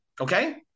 okay